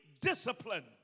discipline